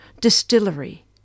distillery